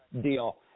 deal